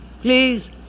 Please